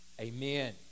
amen